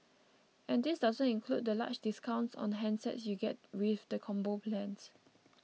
and this doesn't include the large discounts on handsets you get with the Combo plans